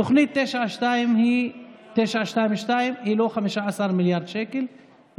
תוכנית 922 היא לא 15 מיליארד שקל,